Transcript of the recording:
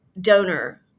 donor